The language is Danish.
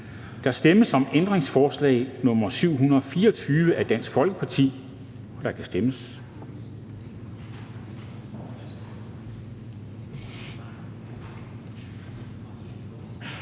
Der stemmes om ændringsforslag nr. 368 af finansministeren, og der kan stemmes.